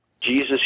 Jesus